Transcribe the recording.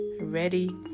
ready